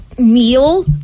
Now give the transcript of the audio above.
Meal